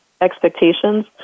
Expectations